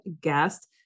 guest